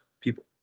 people